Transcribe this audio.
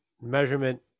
measurement